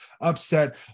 upset